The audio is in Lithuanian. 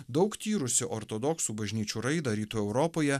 daug tyrusių ortodoksų bažnyčių raidą rytų europoje